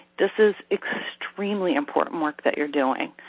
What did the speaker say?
this is extremely important work that you're doing.